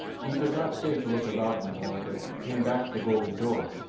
he could not stay to look about any more, but came back to the golden door.